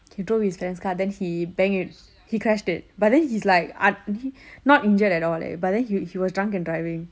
he drove his friend's car then he bang he crashed it but then he's like uh not injured at all eh but then he was drunk and driving